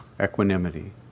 Equanimity